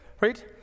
right